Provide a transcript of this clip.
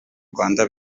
rwanda